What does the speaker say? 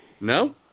No